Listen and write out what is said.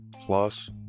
plus